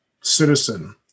citizen